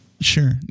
Sure